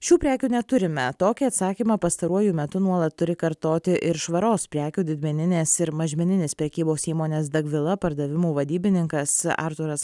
šių prekių neturime tokį atsakymą pastaruoju metu nuolat turi kartoti ir švaros prekių didmeninės ir mažmeninės prekybos įmonės dagvila pardavimų vadybininkas artūras